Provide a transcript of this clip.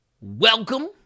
welcome